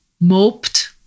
moped